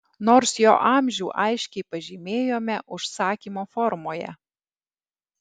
nors jo amžių aiškiai pažymėjome užsakymo formoje